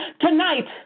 Tonight